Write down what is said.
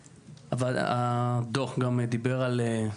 הדוח דיבר על...